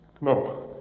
No